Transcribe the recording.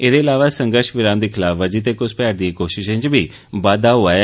एहदे अलावा संघर्ष विराम दी खलाफवर्जी ते घ्रसपैठ दियें कोशिशें च बी बाद्दा होआ ऐ